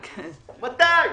מתי?